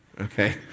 okay